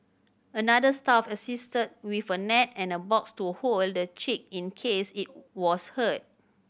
another staff assisted with a net and a box to hold the chick in case it was hurt